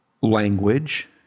language